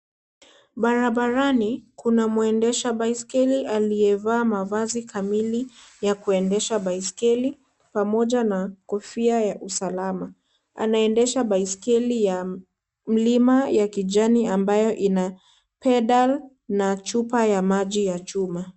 Barabarani kuna mwendesha baisikeli aliyevaa mavazi kamili ya kuendesha baisikeli, pamoja na kofia ya usalama, anaendesha baisikeli ya mlima ya kijani ambayo ina pedal na chupa ya maji ya chuma.